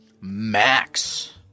Max